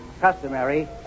customary